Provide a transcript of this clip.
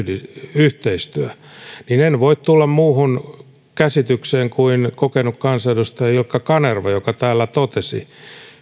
yhteistyö niin en en voi tulla muuhun käsitykseen kuin kokenut kansanedustaja ilkka kanerva joka täällä totesi